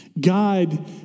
God